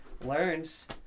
learns